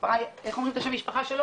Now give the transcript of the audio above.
--- איך אומרים את שם המשפחה שלו?